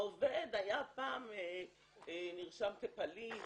העובד פעם נרשם כפליט"